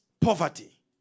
poverty